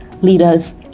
Leaders